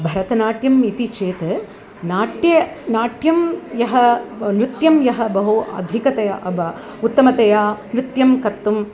भरतनाट्यम् इति चेत् नाट्य नाट्यं यः नृत्यं यः बहु अधिकतया अब उत्तमतया नृत्यं कर्तुम्